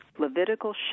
levitical